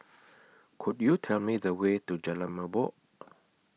Could YOU Tell Me The Way to Jalan Merbok